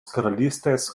karalystės